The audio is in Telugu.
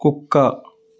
కుక్క